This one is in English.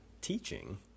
teaching